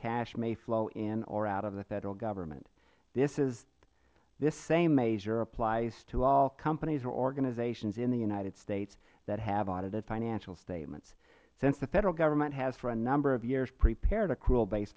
may flow in or out of the federal government this same measure applies to all companies or organizations in the united states that have audited financial statements since the federal government has for a number of years prepared accrual base